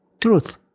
truth